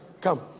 Come